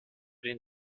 den